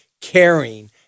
caring